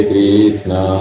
Krishna